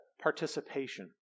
participation